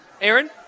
Aaron